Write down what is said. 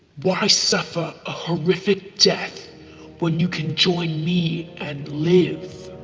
why suffer a horrific death when you can join me and live?